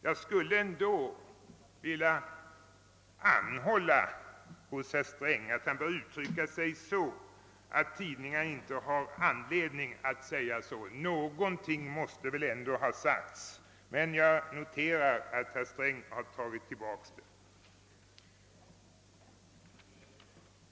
Jag vill ändå anhålla att herr Sträng uttrycker sig så, att tidningarna inte får anledning att skriva på detta sätt. Något måste ändå ha sagts, men jag noterar som sagt att herr Sträng har tagit tillbaka det.